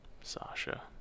Sasha